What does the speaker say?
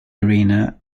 arena